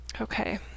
Okay